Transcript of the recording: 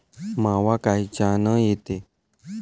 मावा कायच्यानं येते?